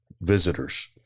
visitors